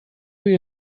you